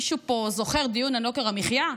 מישהו פה זוכר דיון על יוקר המחיה?